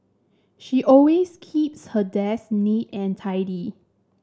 she always keeps her desk neat and tidy